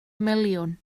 miliwn